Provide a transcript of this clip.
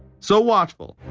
so watchful,